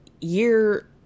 year